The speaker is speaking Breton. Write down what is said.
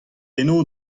eno